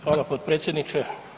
Hvala potpredsjedniče.